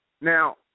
Now